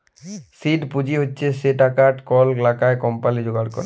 seed পুঁজি হছে সে টাকাট কল লকাল কম্পালি যোগাড় ক্যরে